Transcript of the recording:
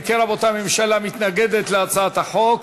אם כן, רבותי, הממשלה מתנגדת להצעת החוק.